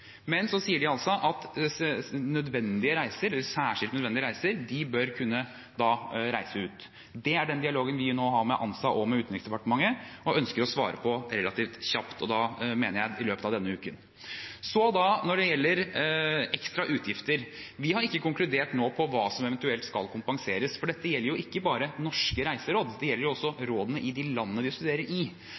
Men så sier de altså at nødvendige reiser, særskilt nødvendige reiser, bør man kunne ta. Det er den dialogen vi nå har med ANSA og med Utenriksdepartementet, og vi ønsker å svare relativt kjapt, og da mener jeg i løpet av denne uken. Når det gjelder ekstra utgifter: Vi har ikke konkludert nå på hva som eventuelt skal kompenseres, for dette gjelder ikke bare norske reiseråd, det gjelder også rådene i de landene de studerer i.